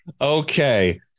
Okay